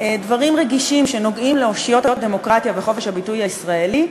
דברים רגישים שנוגעים לאושיות הדמוקרטיה וחופש הביטוי הישראלי,